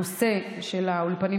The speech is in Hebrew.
הנושא של האולפנים,